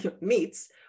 meets